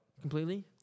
Completely